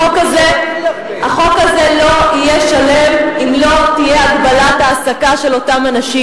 החוק הזה לא יהיה שלם אם לא תהיה הגבלת העסקה של אותם אנשים.